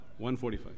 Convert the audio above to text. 1.45